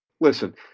Listen